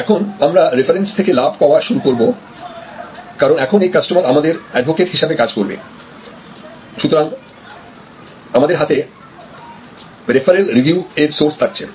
এখন আমরা রেফারেন্স থেকে লাভ পাওয়া শুরু করব কারণ এখন এই কাস্টমার আমাদের এডভোকেট হিসেবে কাজ করবে সুতরাং আমাদের হাতে রেফারেল রেভিনিউ এর সোর্স থাকছে